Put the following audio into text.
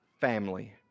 Family